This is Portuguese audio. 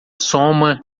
soma